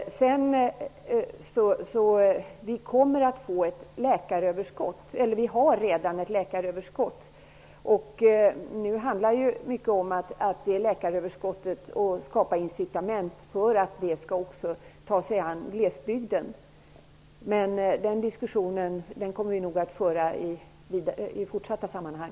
Vi har redan ett läkaröverskott. Nu handlar det om att skapa incitament för att läkarna också skall ta sig an glesbygden. Den diskussionen kommer vi nog att föra vidare i andra sammanhang.